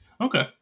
Okay